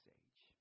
age